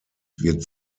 wird